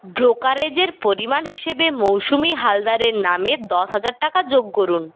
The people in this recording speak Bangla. ব্রোকারেজের পরিমাণ হিসেবে মৌসুমি হালদারের নামে দশ হাজার টাকা যোগ করুন